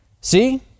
See